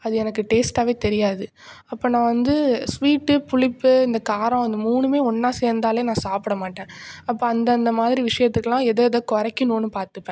அது எனக்கு டேஸ்டாகவே தெரியாது அப்போ நான் வந்து ஸ்வீட்டு புளிப்பு இந்த காரம் இந்த மூணுமே ஒன்றா சேர்ந்தாலுமே நான் சாப்பிட மாட்டேன் அப்போ அந்தந்த மாதிரி விஷயத்துக்கெலாம் எதை எதை குறைக்கணும்னு பார்த்துப்பேன்